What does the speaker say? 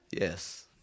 Yes